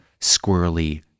squirrely